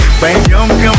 Bang